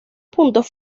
puntos